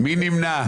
מי נמנע?